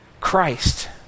Christ